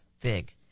Big